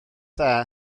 dda